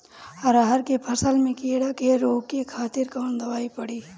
अरहर के फसल में कीड़ा के रोके खातिर कौन दवाई पड़ी?